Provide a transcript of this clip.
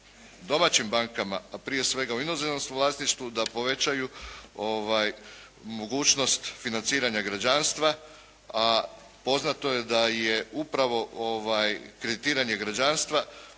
domaćim bankama, a prije svega u inozemnom su vlasništvu da povećaju mogućnost financiranja građanstva. A poznato je da je upravo kreditiranje građanstva